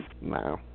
No